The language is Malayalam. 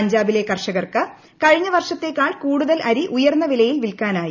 പഞ്ചാബിലെ കർഷ്ടകർക്ക് കഴിഞ്ഞ വർഷത്തേക്കാൾ കൂടുതൽ അരി ഉയർന്ന ഏലിയിൽ വിൽക്കാനായി